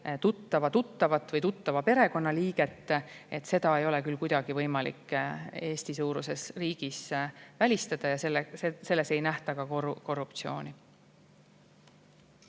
tuttava tuttavat või tuttava perekonnaliiget, ei ole küll kuidagi võimalik Eesti-suuruses riigis [tagada]. Ja selles ei nähta ka korruptsiooni.